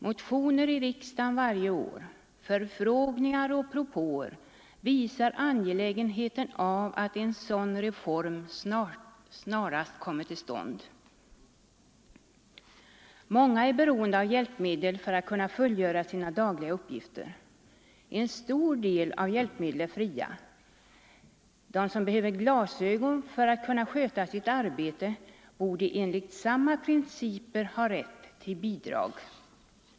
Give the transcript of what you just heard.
Motioner i riksdagen varje år, förfrågningar och propåer visar angelägenheten av att en sådan reform snarast kommer till stånd. Många är beroende av hjälpmedel för att kunna fullgöra sina dagliga uppgifter. En stor del av hjälpmedlen är fria. De som behöver glasögon för att kunna sköta sitt arbete borde enligt samma principer ha rätt till bidrag.